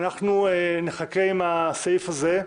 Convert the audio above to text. אנחנו נחכה עם הסעיף הזה,